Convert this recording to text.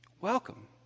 Welcome